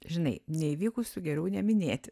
žinai neįvykusių geriau neminėti